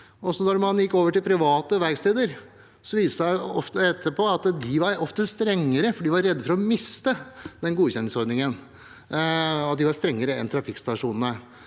Da man gikk over til private verksteder, viste det seg etterpå at de ofte var strengere, for de var redde for å miste godkjenningsordningen. De var dermed strengere enn trafikkstasjonene.